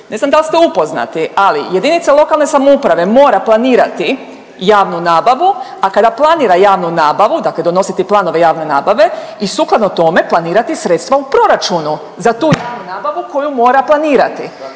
Ne znam dal ste upoznati, ali jedinica lokalne samouprave mora planirati javnu nabavu, a kada planira javnu nabavu dakle donositi planove javne nabave i sukladno tome planirati sredstva u proračunu za tu javnu nabavu koju mora planirati.